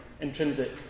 intrinsic